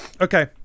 Okay